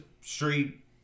street